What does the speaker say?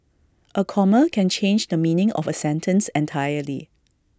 A comma can change the meaning of A sentence entirely